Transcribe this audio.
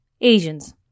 Asians